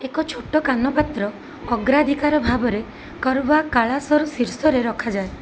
ଏକ ଛୋଟ କାନ ପାତ୍ର ଅଗ୍ରାଧିକାର ଭାବରେ କରୱା କାଲାଶର ଶୀର୍ଷରେ ରଖାଯାଏ